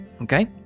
Okay